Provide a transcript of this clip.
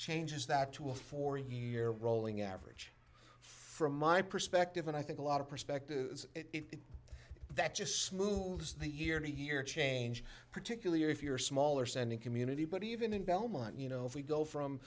changes that to a four year rolling average from my perspective and i think a lot of perspective is it that just smoove is the year to hear change particularly if you're small or sending community but even in belmont you know if we go from